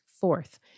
Fourth